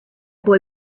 boy